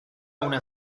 una